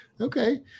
Okay